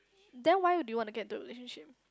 then why do you want to get into a relationship